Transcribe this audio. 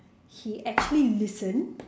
he actually listen